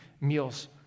meals